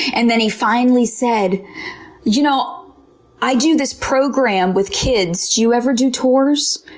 and then he finally said you know i do this program with kids do you ever do tours?